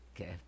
Okay